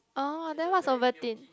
orh then what's Ovaltine